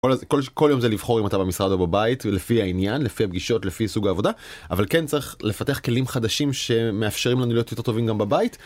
כל' כל יום זה לבחור אם אתה במשרד או בבית ולפי העניין, לפי הפגישות, לפי סוג העבודה אבל כן צריך לפתח כלים חדשים שמאפשרים לנו להיות יותר טובים גם בבית.